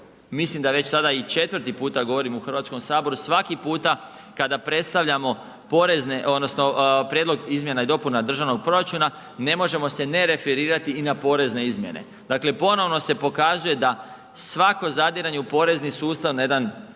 mislim da već sada i 4x govorim u Hrvatskom saboru, svaki puta kada predstavljamo porezne, odnosno Prijedlog izmjena i dopuna državnog proračuna ne možemo se ne referirati i na porezne izmjene. Dakle ponovno se pokazuje da svako zadiranje u porezni sustav na jedan